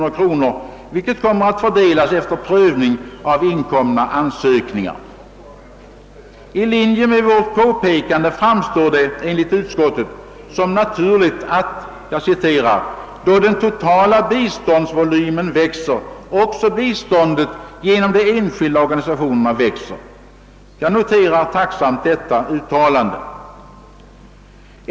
Återstående medel kommer att fördelas efter prövning av inkomna ansökningar. I linje med vårt påpekande framstår det enligt utskottet som naturligt, att då den totala biståndsvolymen växer även biståndet genom enskilda organisationer får expandera. Jag noterar tacksamt detta uttalande.